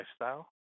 lifestyle